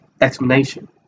explanation